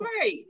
right